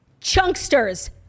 Chunksters